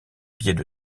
billets